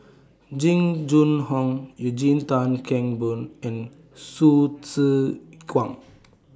Jing Jun Hong Eugene Tan Kheng Boon and Hsu Tse Kwang